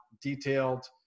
detailed